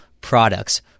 products